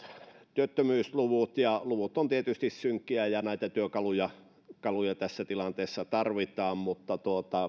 työttömyysluvut luvut ovat tietysti synkkiä ja näitä työkaluja työkaluja tässä tilanteessa tarvitaan mutta